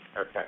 Okay